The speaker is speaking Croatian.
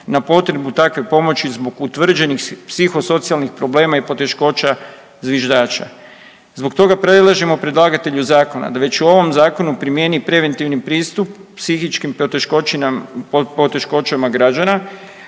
na potrebu takve pomoći zbog utvrđenih psihosocijalnih problema i poteškoća zviždača. Zbog toga predlažemo predlagatelju zakona da već u ovom zakonu primjeni preventivni pristup psihičkim poteškoćama građana